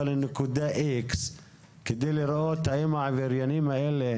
לנקודה X כדי לראות אם העבריינים האלה,